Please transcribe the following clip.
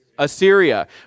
Assyria